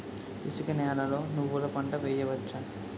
ఇసుక నేలలో నువ్వుల పంట వేయవచ్చా?